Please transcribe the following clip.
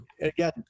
again